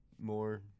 more